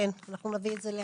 אנחנו נביא את זה להצבעה.